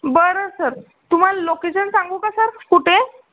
बरं सर तुम्हाला लोकेशन सांगू का सर कुठे आहे